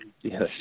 Yes